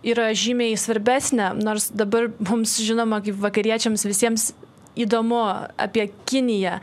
yra žymiai svarbesnė nors dabar mums žinoma kaip vakariečiams visiems įdomu apie kiniją